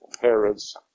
Herod's